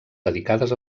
dedicades